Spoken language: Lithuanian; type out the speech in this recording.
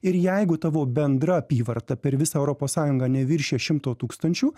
ir jeigu tavo bendra apyvarta per visą europos sąjungą neviršija šimto tūkstančių